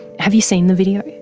have you seen the video?